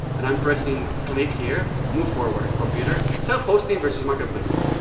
and i'm pressing click here, move forward, computer. self-hosting versus marketplaces,